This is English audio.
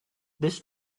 this